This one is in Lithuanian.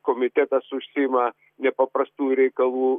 komitetas užsiima nepaprastųjų reikalų